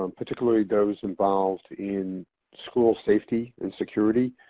um particularly those involved in school safety and security,